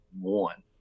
one